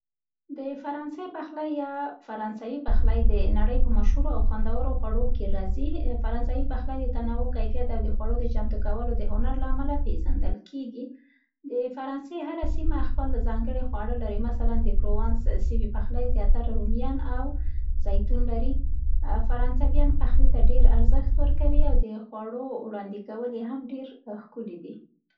د فرانسې پخلی یا فرانسوي پخلی د نړۍ په مشهورو او خوندورو خواړو کې راځي. فرانسوي پخلی د تنوع، کیفیت او د خواړو د چمتو کولو د هنر له امله پېزندل کېږي. د فرانسې هره سیمه خپل ځانګړی خواړه لري. مثلاً، د پرووانس سیمې پخلی زیاتره روميان او زیتون لري. فرانسویان پخلی ته ډېر ارزښت ورکوي او د خواړو وړاندې کول یې هم ډېر ښکلي دي.